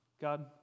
God